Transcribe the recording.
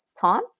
time